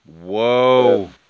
Whoa